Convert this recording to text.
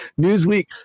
Newsweek